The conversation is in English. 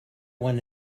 one